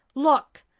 look!